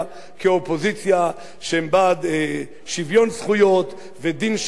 שהם בעד שוויון זכויות ודין שווה ליהודים,